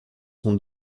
son